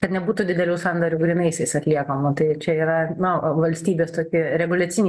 kad nebūtų didelių sandorių grynaisiais atliekama tai čia yra na o valstybės tokį reguliacinį